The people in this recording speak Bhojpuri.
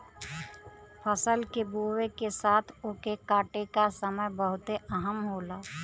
फसल के बोए के साथ ओके काटे का समय बहुते अहम होला